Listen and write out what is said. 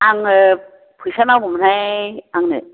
आंनो फैसा नांगौमोनहाय